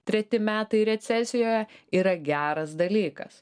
treti metai recesijoje yra geras dalykas